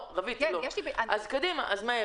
אז קדימה.